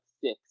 six